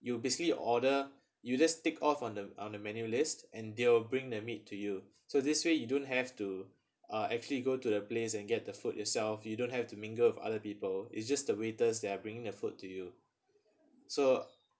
you basically order you just take off on the on the menu list and they'll bring the meat to you so this way you don't have to uh actually go to the place and get the food yourself you don't have to mingle with other people it's just the waiters they are bringing the food to you so